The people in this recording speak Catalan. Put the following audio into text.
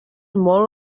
molt